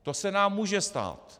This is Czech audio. To se nám může stát.